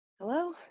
Hello